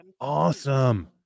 awesome